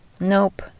Nope